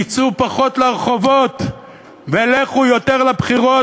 תצאו פחות לרחובות ולכו יותר לבחירות.